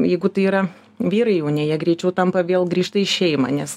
jeigu tai yra vyrai jauni jie greičiau tampa vėl grįžta į šeimą nes